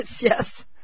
Yes